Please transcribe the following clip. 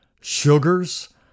sugars